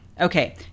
Okay